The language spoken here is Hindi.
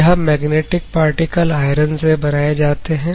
यह मैग्नेटिक पार्टिकल आयरन से बनाए जाते हैं